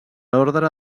ordre